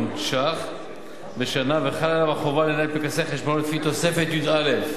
שקלים חדשים בשנה וחלה עליו החובה לנהל פנקסי חשבונות לפי תוספת י"א